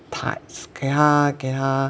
parts 给他给他